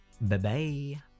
Bye-bye